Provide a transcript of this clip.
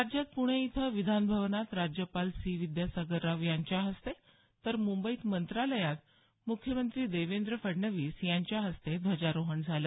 राज्यात प्णे इथं विधानभवनात राज्यपाल सी विद्यासागर राव यांच्या हस्ते तर मुंबईत मंत्रालयात मुख्यमंत्री देवेंद्र फडणवीस यांच्या हस्ते ध्वजारोहण झालं